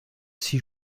six